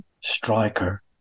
striker